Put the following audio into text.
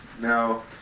Now